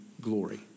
glory